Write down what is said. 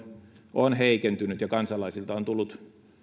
on heikentynyt ja myös kansalaisilta on tullut